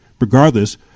Regardless